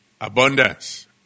abundance